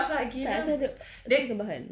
rabak gila